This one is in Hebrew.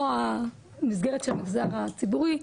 או המסגרת של המגזר הציבורי,